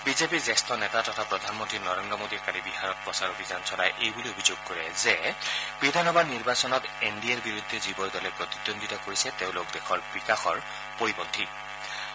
বিজেপিৰ জ্যেষ্ঠ নেতা তথা প্ৰধানমন্ত্ৰী নৰেদ্ৰ মোদীয়ে কালি বিহাৰত প্ৰচাৰ অভিযান চলাই এই বুলি অভিযোগ কৰে যে বিধানসভাৰ নিৰ্বাচনত এন ডি এৰ বিৰুদ্ধে যিবোৰ দলে প্ৰতিদ্বন্দীতা কৰিছে তেওঁলোক দেশৰ বিকাশৰ বিৰোধী হয়